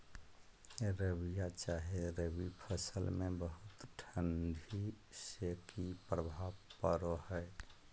रबिया चाहे रवि फसल में बहुत ठंडी से की प्रभाव पड़ो है?